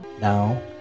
Now